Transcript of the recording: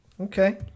Okay